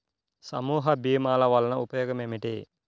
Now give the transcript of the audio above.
సమూహ భీమాల వలన ఉపయోగం ఏమిటీ?